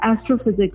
astrophysics